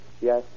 Yes